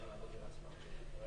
לשלוח את